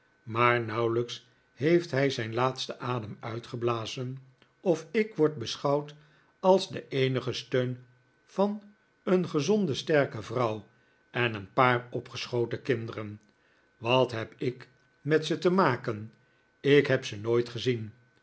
maar nauwelijks heeft hij zijn laatsten adem uitgeblazen of ik word beschouwd als de eenige steun van een gezonde sterke vrouw en een paar opgeschoten kinderen wat heb ik met ze te maken ik heb ze nooit gezien